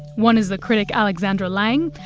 one is the critic alexandra lange,